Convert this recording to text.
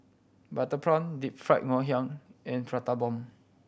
butter prawn Deep Fried Ngoh Hiang and Prata Bomb